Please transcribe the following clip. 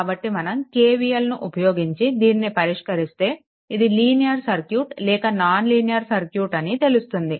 కాబట్టి మనం KVLను ఉపయోగించి దీనిని పరిష్కరిస్తే ఇది లీనియర్ సర్క్యూట్ లేక నాన్ లీనియర్ సర్క్యూట్ అని తెలుస్తుంది